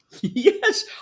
Yes